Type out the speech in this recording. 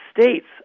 States